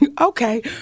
Okay